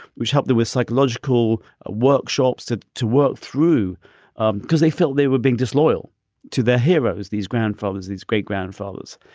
which helped them with psychological ah workshops. to to work through um because they felt they were being disloyal to their heroes, these grandfathers, these great grandfathers,